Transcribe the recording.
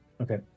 Okay